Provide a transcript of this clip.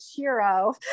Chiro